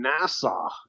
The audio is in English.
NASA